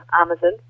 Amazon